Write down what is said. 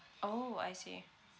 orh I see